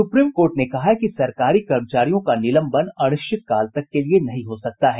supreme court ने कहा है कि सरकारी कर्मचारियों का निलंबन अनिश्चितकाल तक के लिए नहीं हो सकता है